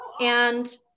and-